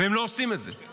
והם לא עושים את זה.